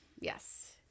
Yes